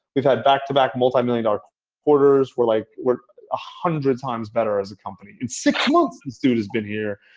we've had back-to-back multi-million dollar quarters. we're like we're a hundred times better as a company. in six months, this dude has been here.